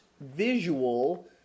visual